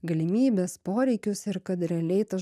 galimybes poreikius ir kad realiai tas